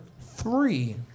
three